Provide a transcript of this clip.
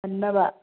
ꯍꯟꯅꯕ